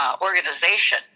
Organization